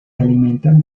alimentan